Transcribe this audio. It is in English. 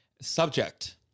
Subject